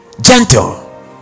Gentle